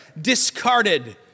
discarded